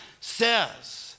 says